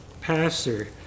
pastor